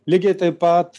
lygiai taip pat